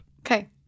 Okay